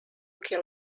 kill